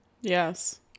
Yes